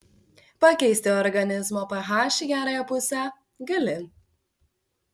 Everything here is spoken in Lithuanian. pakeisti organizmo ph į gerąją pusę gali